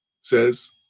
says